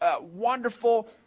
wonderful